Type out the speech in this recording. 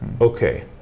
Okay